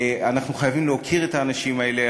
אנחנו חייבים להוקיר את האנשים האלה.